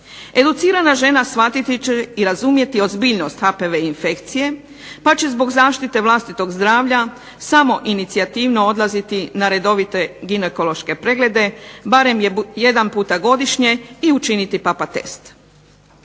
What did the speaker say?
Educirana žena shvatiti će i razumjeti ozbiljnost HPV infekcije, pa će zbog zaštite vlastitog zdravlja samoinicijativno odlaziti na redovite ginekološke preglede, barem jedanputa godišnje i učiniti papa test.